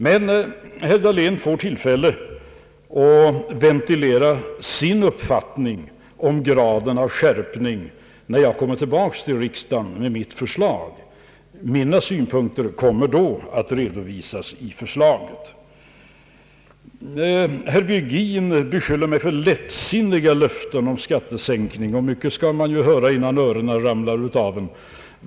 Herr Dahlén får tillfälle att ventilera sin uppfattning om graden av skärpning när jag kommer tillbaka till riksdagen med mitt förslag. Mina synpunkter kommer då att redovisas i förslaget. Herr Virgin beskyller mig för lättsinniga löften om skattesänkning. Mycket skall man ju höra innan öronen ramlar av.